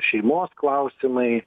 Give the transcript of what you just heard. šeimos klausimai